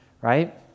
right